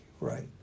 Right